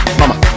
mama